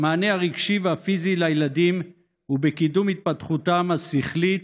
במענה הרגשי והפיזי לילדים ובקידום התפתחותם השכלית,